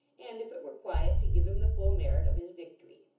and if it were quiet, to give him the full merit of his victory.